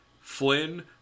Flynn